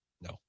No